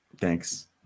thanks